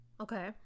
Okay